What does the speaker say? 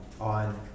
on